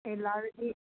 ꯑꯩ ꯂꯥꯛꯂꯗꯤ